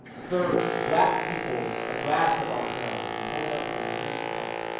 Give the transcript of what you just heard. served black people a glass of ourselves, and told us to drink up